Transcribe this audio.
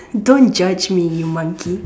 don't judge me you monkey